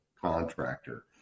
contractor